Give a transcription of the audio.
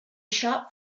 shop